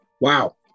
Wow